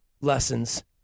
lessons